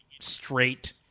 straight